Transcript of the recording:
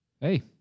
Hey